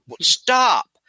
Stop